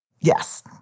Yes